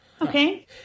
Okay